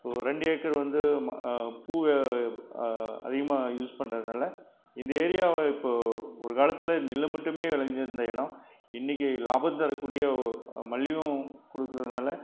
so ரெண்டு acre வந்து பூ அதிகமாக யூஸ் பண்றதுனால் இந்த ஏரியா இப்போது ஒரு காலத்தில் நெல் மட்டுமே விளஞ்சிருந்த இடம் இன்னிக்கி லாபம் தரக்கூடிய மல்லியும் கொடுக்குறதுனால